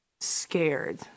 scared